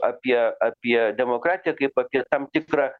apie apie demokratiją kaip apie tam tikrą